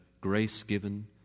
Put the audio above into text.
grace-given